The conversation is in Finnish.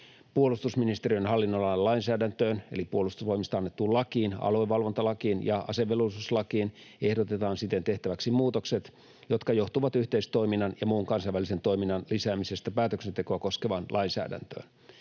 Puolustusministeriön hallinnonalan lainsäädäntöön eli puolustusvoimista annettuun lakiin, aluevalvontalakiin ja asevelvollisuuslakiin ehdotetaan siten tehtäväksi muutokset, jotka johtuvat yhteistoiminnan ja muun kansainvälisen toiminnan lisäämisestä päätöksentekoa koskevaan lainsäädäntöön.